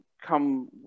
come